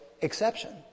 exception